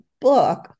book